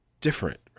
different